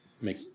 make –